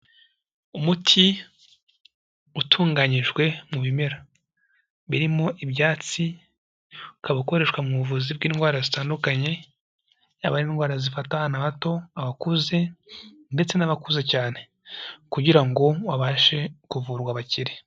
Umuti utunganyijwe mu bimera birimo ibyatsi, ukaba ukoreshwa mu buvuzi bw'indwara zitandukanye, yaba ari indwara zifata abana bato, abakuze ndetse n'abakuze cyane kugira ngo babashe kuvurwa bakire.